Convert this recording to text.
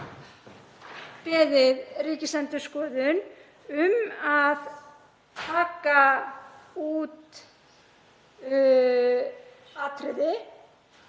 beðið Ríkisendurskoðun um að taka út atriði